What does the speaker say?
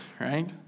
right